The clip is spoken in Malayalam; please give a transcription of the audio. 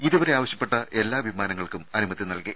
ഇതുവരെ ആവശ്യപ്പെട്ട എല്ലാ വിമാനങ്ങൾക്കും അനുമതി നൽകി